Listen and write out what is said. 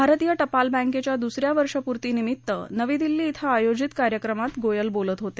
भारतीय टपाल बँकेच्या दुस या वर्षपूर्तीनिमित्त नवी दिल्ली इथं आयोजित कार्यक्रमात गोयल बोलत होते